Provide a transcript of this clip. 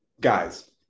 Guys